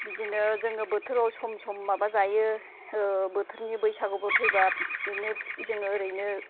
बिदिनो जोङो बोथोराव सम सम माबा जायो ओ बोथोरनि बैसागुबो फैब्ला बिदिनो जोङो ओरैनो